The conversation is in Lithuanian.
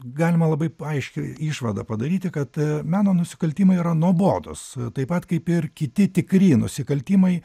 galima labai aiškią išvadą padaryti kad meno nusikaltimai yra nuobodūs taip pat kaip ir kiti tikri nusikaltimai